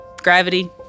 gravity